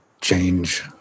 change